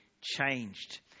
changed